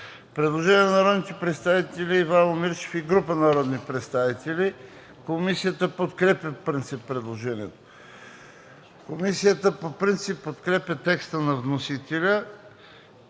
Предложение на народния представител Ивайло Мирчев и група народни представители: Комисията подкрепя предложението. Комисията подкрепя по принцип текста на вносителя